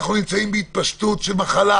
אנחנו נמצאים בהתפשטות של מחלה,